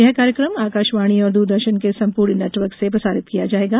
यह कार्यक्रम आकाशवाणी और दूरदर्शन के सम्पूर्ण नेटवर्क से प्रसारित किया जायेगा